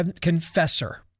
confessor